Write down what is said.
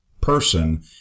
person